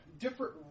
different